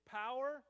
power